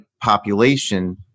population